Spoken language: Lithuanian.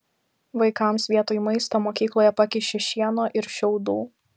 vaikams vietoj maisto mokykloje pakiši šieno ir šiaudų